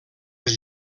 els